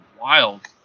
wild